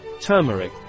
turmeric